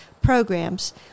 programs